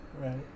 Right